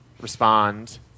respond